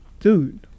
Dude